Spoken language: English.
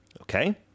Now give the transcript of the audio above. Okay